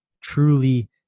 truly